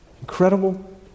incredible